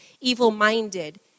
evil-minded